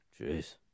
Jeez